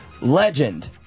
legend